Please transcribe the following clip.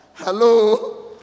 hello